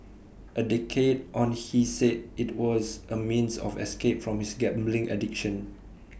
A decade on he said IT was A means of escape from his gambling addiction